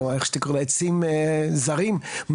או עצים זרים,